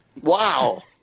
Wow